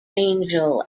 angel